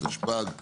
התשפ"ג 2023,